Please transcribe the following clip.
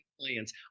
clients